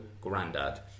Grandad